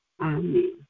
Amen